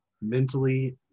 Mentally